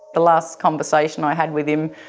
the last conversation i had with him,